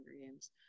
games